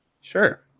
sure